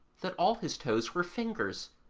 that all his toes were fingers.